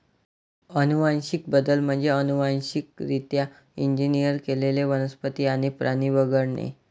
अनुवांशिक बदल म्हणजे अनुवांशिकरित्या इंजिनियर केलेले वनस्पती आणि प्राणी वगळणे